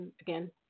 Again